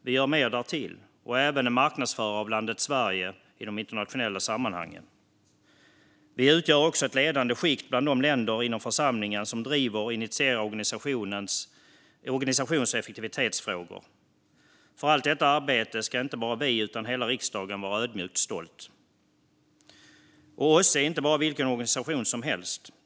Vi gör mer därtill och är även en marknadsförare av landet Sverige i de internationella sammanhangen. Vi utgör också ett ledande skikt bland de länder inom församlingen som driver och initierar organisations och effektivitetsfrågor. För allt detta arbete ska inte bara vi utan hela riksdagen vara ödmjukt stolta. OSSE är inte vilken organisation som helst.